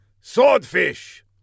Swordfish